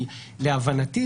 כי להבנתי,